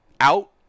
out